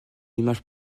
image